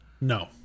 No